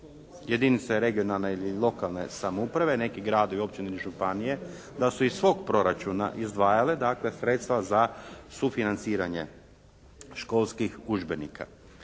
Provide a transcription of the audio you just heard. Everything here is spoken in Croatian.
jedinice regionalne ili lokalne samouprave, neki gradovi, općine ili županije da su iz svog proračuna izdvajale dakle sredstva za sufinanciranje školskih udžbenika.